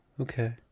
okay